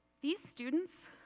these students